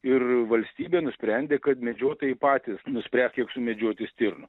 ir valstybė nusprendė kad medžiotojai patys nuspręs kiek sumedžioti stirnų